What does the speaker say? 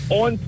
on